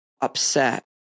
upset